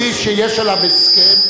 הדבר היחידי שיש עליו הסכם,